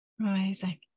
amazing